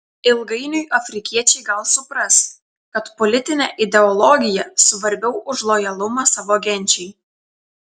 ilgainiui afrikiečiai gal supras kad politinė ideologija svarbiau už lojalumą savo genčiai